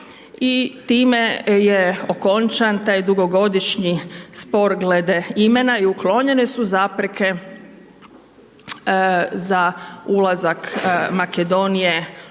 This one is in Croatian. time je okončan taj dugogodišnji spor glede imena i uklonjene su zapreke za ulazak Makedonije u NATO,